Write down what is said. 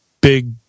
big